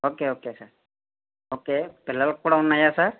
ఒకే okay sir okay పిల్లలకి కూడా ఉన్నాయా సార్